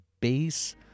base